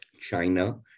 China